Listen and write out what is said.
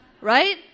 right